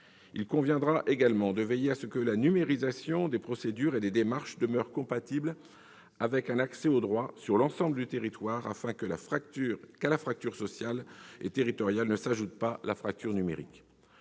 Il conviendra de veiller à ce que la numérisation des procédures et des démarches demeure compatible avec un accès au droit sur l'ensemble du territoire, afin qu'à la fracture sociale et territoriale ne s'ajoute pas la fracture numérique.